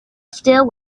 still